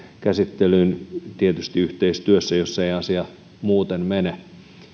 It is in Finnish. käsittelyyn tietysti yhteistyössä jos ei asia muuten mene